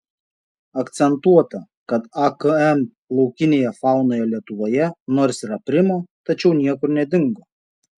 akcentuota kad akm laukinėje faunoje lietuvoje nors ir aprimo tačiau niekur nedingo